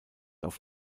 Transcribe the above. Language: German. auf